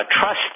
Trust